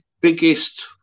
biggest